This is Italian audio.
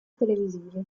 televisivi